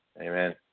Amen